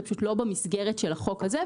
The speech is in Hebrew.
אבל זה פשוט לא במסגרת של החוק הזה.